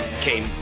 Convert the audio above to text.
came